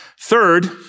Third